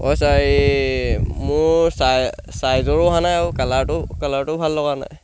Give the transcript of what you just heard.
অ' sir এই মোৰ size চাইজৰো অহা নাই আৰু কালাৰটো কালাৰটো ভাল লগা নাই